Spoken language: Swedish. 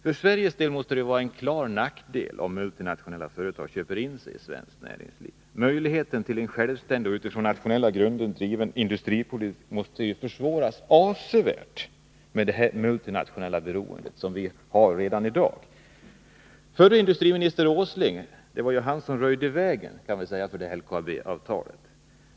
För Sverige måste det vara en klar nackdel om multinationella företag köper in sig i svenskt näringsliv. Möjligheten till en självständig och på nationella grunder driven industripolitik måste avsevärt försvåras av ett multinationellt beroende. Ett sådant beroende existerar redan i dag. Förre industriministern Nils Åsling röjde väg för LKAB-avtalet.